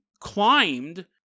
climbed